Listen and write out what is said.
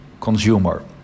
consumer